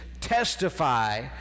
testify